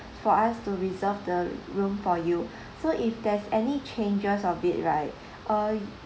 for us to reserve the room for you so if there's any changes of date right uh